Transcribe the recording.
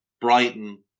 Brighton